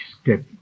step